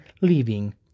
leaving